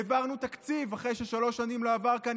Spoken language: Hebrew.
העברנו תקציב אחרי ששלוש שנים לא עבר כאן,